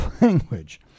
language